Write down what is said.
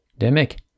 Demek